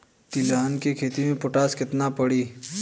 तिलहन के खेती मे पोटास कितना पड़ी?